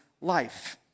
life